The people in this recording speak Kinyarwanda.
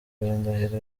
indahiro